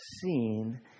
seen